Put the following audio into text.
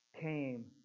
came